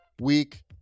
week